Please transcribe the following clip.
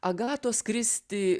agatos kristi